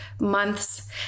months